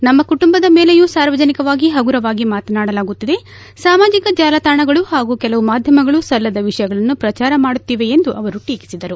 ನಮ್ಮ ಕುಟುಂಬದ ಮೇಲೆಯೂ ಸಾರ್ವಜನಿಕವಾಗಿ ಪಗುರವಾಗಿ ಮಾತನಾಡಲಾಗುತ್ತಿದೆ ಸಾಮಾಜಿಕ ಜಾಲತಾಣಗಳು ಹಾಗೂ ಕೆಲವು ಮಾಧ್ಯಮಗಳು ಸಲ್ಲದ ವಿಷಯಗಳನ್ನು ಪ್ರಜಾರ ಮಾಡುತ್ತಿವೆ ಎಂದು ಅವರು ಟೀಕಿಸಿದರು